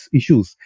issues